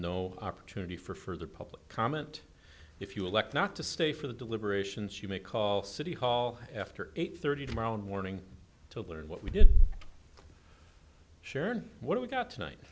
no opportunity for further public comment if you elect not to stay for the deliberations you may call city hall after eight thirty tomorrow morning to learn what we did share what we got tonight